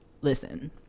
listen